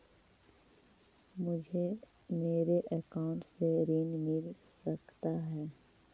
मुझे मेरे अकाउंट से ऋण मिल सकता है?